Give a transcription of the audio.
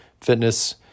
fitness